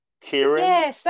Kieran